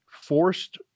forced-